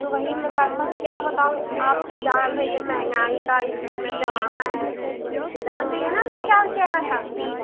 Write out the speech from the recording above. तो वही मैं पैसा क्या बताऊँ आप जान रही हैं महंगाई का इस समय जमाना है जान रही हैं न मैं क्या कहना चाहती हूँ